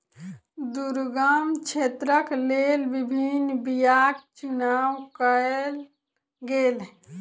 दुर्गम क्षेत्रक लेल विभिन्न बीयाक चुनाव कयल गेल